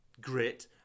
grit